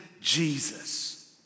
Jesus